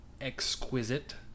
exquisite